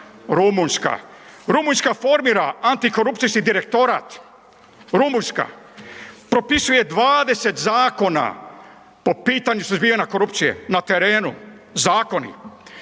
Rumunjska formira antikorupcijski direktorat, Rumunjska propisuje 20 zakona po pitanju suzbijanja korupcije na terenu, zakoni.